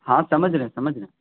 ہاں سمجھ رہے ہیں سمجھ رہے ہیں